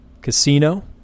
Casino